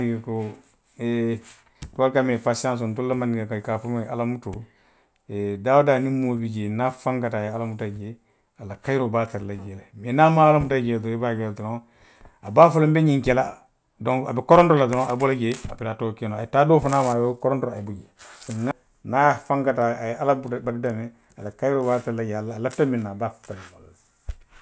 Eee niŋ i ko tubaaboolu ka a fo miŋ pasiyansoo, telu la mandinka kawo i ka a fo wo le ye ala mutoo. Daa woo daa niŋ moo bi jee niŋ a fankata a ye ala muta jee. A la kayiroo be a tara la jee le. Mee niŋ a maŋ ala muta jee, i be a je la doroŋ, a be a fo la n be ňiŋ ke la, donku, a be koronto la doroŋ. a be bo la jee, aperee ate wo ke noo la. A ye taa doo fanaŋ maa, a be korontoriŋ, a ye bo jee. niŋ a, niŋ a fankata a ye ala muta pari do meŋ, a la kayiroo be a tara la jee, a lafita miŋ na, a be a soto la.